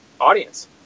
audience